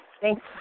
Thanks